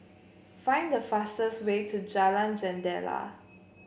find the fastest way to Jalan Jendela